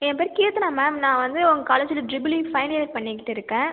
என் பேர் கீர்த்தனா மேம் நான் வந்து உங்கள் காலேஜில் ட்ரிப்ல் ஈ ஃபைனல் இயர் பண்ணிக்கிட்டு இருக்கேன்